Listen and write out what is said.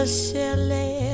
silly